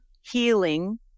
healing